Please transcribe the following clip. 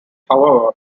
however